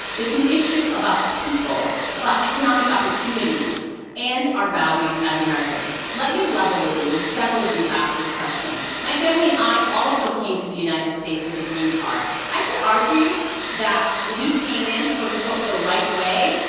it's an issue about people, about economic opportunities and our values as americans. let me level with you and several of you asked this question. my family and i also came to the united states with a green card. i could argue that we came in, quote unquote, the right way,